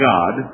God